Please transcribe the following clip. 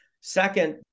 Second